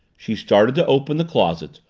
she started to open the closets,